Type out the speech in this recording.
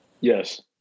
Yes